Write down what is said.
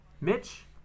Mitch